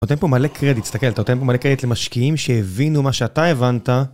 אתה נותן פה מלא קרדיט, תסתכל, אתה נותן פה מלא קרדיט למשקיעים שהבינו מה שאתה הבנת